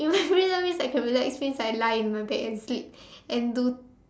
in my free time means I can relax means I lie in my bed and sleep and do